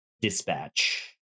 dispatch